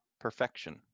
perfection